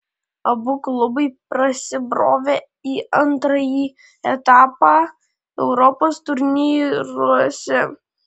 abu klubai prasibrovė į antrąjį etapą europos turnyruose